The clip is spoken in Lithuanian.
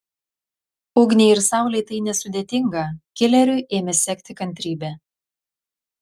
ugniai ir saulei tai nesudėtinga kileriui ėmė sekti kantrybė